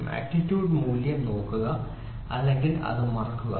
magnitude മൂല്യം നോക്കുക അല്ലെങ്കിൽ അത് മറക്കുക ശരി